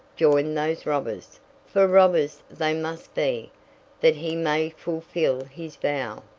joined those robbers for robbers they must be that he may fulfill his vow.